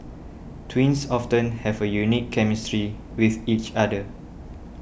twins often have a unique chemistry with each other